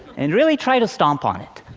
and really try to stomp on it.